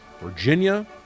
Virginia